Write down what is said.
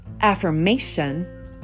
affirmation